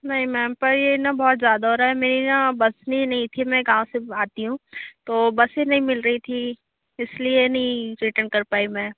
नहीं मैम पर यह न बहुत ज़्यादा हो रहा है मेरी न बस ही नहीं थी मैं गाँव से आती हूँ तो बस ही नहीं मिल रही थी इसलिए नहीं रिटर्न कर पाई मैं